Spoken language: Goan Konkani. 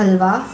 अलवा